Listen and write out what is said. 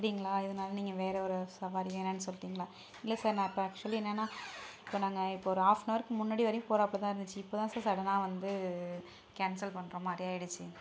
அப்படிங்களா இதனால நீங்கள் வேற ஒரு சவாரி வேணாம்னு சொல்லிட்டீங்களா இல்லை சார் நான் இப்போ ஆக்சுவலி என்னன்னா இப்போ நாங்கள் இப்போ ஒரு ஆஃப்னாருக்கு முன்னாடி வரையும் போறாப்ல தான் இருந்துச்சி இப்போதான் சார் சடனாக வந்து கேன்சல் பண்ணுற மாதிரி ஆகிடுச்சி